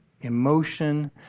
emotion